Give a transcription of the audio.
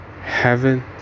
heaven